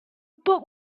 when